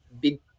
big